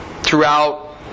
throughout